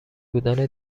بودن